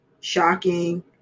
shocking